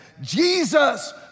Jesus